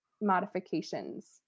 modifications